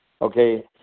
Okay